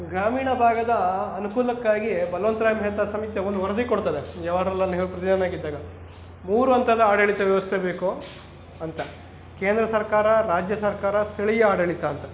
ಗ್ರಾಮೀಣ ಭಾಗದ ಅನುಕೂಲಕ್ಕಾಗಿ ಬಲ್ವಂತ್ ರಾಯ್ ಮೆಹ್ತಾ ಸಮಿತಿ ಒಂದು ವರದಿ ಕೊಡ್ತದೆ ಜವಾಹರಲಾಲ್ ನೆಹರು ಪ್ರಧಾನಿಯಾಗಿದ್ದಾಗ ಮೂರು ಹಂತದ ಆಡಳಿತ ವ್ಯವಸ್ಥೆ ಬೇಕು ಅಂತ ಕೇಂದ್ರ ಸರ್ಕಾರ ರಾಜ್ಯ ಸರ್ಕಾರ ಸ್ಥಳೀಯ ಆಡಳಿತ ಅಂತ